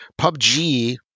PUBG